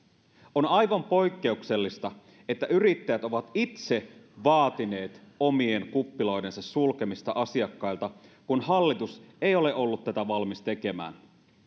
on aivan poikkeuksellista että yrittäjät ovat itse vaatineet omien kuppiloidensa sulkemista asiakkailta kun hallitus ei ole ollut tätä valmis tekemään